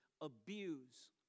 abuse